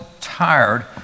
tired